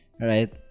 right